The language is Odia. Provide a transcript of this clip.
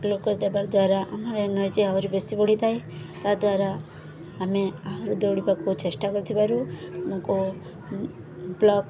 ଗ୍ଲୁକୋଜ୍ ଦେବା ଦ୍ୱାରା ଆମର ଏନର୍ଜି ଆହୁରି ବେଶୀ ବଢ଼ିଥାଏ ତାଦ୍ୱାରା ଆମେ ଆହୁରି ଦୌଡ଼ିବାକୁ ଚେଷ୍ଟା କରିଥିବାରୁ ଆମକୁ ବ୍ଲକ